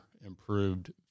improved